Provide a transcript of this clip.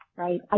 Right